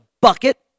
bucket